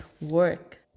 work